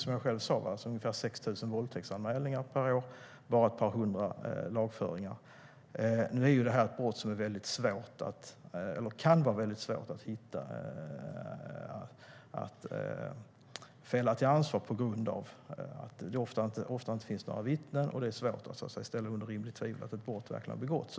Som jag sade är det ungefär 6 000 våldtäktsanmälningar per år, men bara ett par hundra lagföringar. Detta är ett brott där det kan vara väldigt svårt att ställa någon till ansvar på grund av att det ofta inte finns några vittnen och det är svårt att ställa utom rimligt tvivel att ett brott verkligen har begåtts.